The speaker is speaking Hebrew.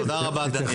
תודה רבה, דני.